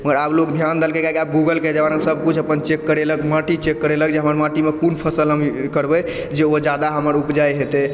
मगर आब लोग ध्यान देलकै किएकि आब गूगलके जमानामे सबकिछु अपन चेक करेलक माँटी चेक करेलक जे हमर माँटीमे कोन फसल हम करबै जे ओ जादा हमर उपजाइ हेतै